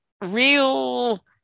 real